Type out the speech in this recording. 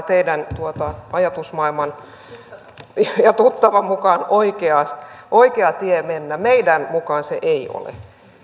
teidän ajatusmaailmanne ja tuttavanne mukaan oikea tie mennä meidän mukaamme se ei ole